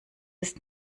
ist